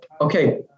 okay